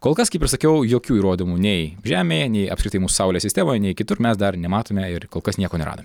kol kas kaip ir sakiau jokių įrodymų nei žemėje nei apskritai mūsų saulės sistemoje nei kitur mes dar nematome ir kol kas nieko neradome